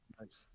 Nice